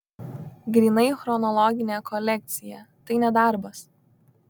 grynai chronologinė kolekcija tai ne darbas